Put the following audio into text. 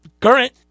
Current